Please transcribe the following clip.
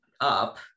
up